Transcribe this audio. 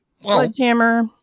sledgehammer